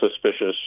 suspicious